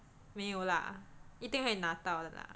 没有啦一定会拿到的啦